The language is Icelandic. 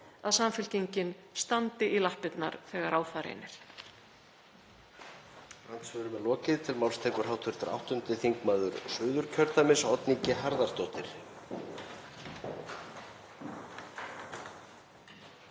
að Samfylkingin standi í lappirnar þegar á það reynir.